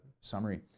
summary